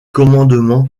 commandement